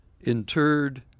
interred